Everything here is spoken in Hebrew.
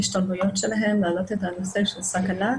בהשתלמויות שלהם, ולהעלות את הנושא של סכנה.